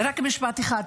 רק משפט אחד.